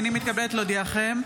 הינני מתכבדת להודיעכם,